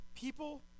People